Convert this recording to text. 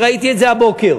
שראיתי אותה הבוקר,